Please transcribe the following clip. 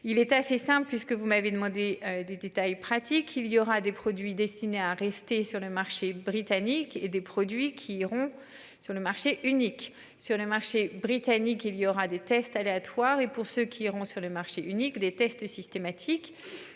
il était assez simple, puisque vous m'avez demandé des détails pratiques, il y aura des produits destinés à rester sur le marché britannique et des produits qui iront sur le marché unique sur le marché britannique. Il y aura des tests aléatoires. Et pour ceux qui iront sur le marché unique des tests systématiques